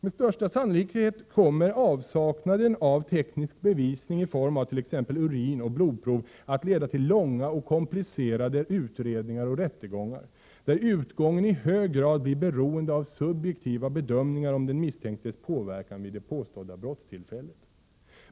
Med största sannolikhet kommer avsaknaden av teknisk bevisning i form av t.ex. urinoch blodprov att leda till långa och komplicerade utredningar och rättegångar, där utgången i hög grad blir beroende av subjektiva bedömningar om den misstänktes påverkan vid det påstådda brottstillfället.